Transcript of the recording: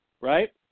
right